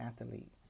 athlete